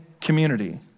community